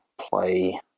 play